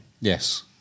Yes